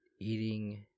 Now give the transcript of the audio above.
eating